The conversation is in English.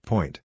Point